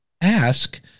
ask